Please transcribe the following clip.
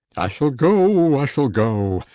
i shall go, i shall go!